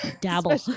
Dabble